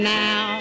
now